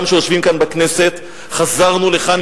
גם אלה שיושבים כאן בכנסת: חזרנו לכאן,